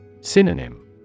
Synonym